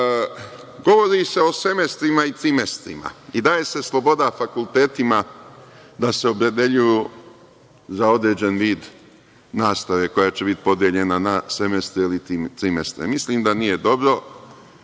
može. Govori se o semestrima i trimestrima i daje se sloboda fakultetima da se opredeljuju za određeni vid nastave koja će biti podeljena na semestre ili trimestre. Mislim da nije dobro,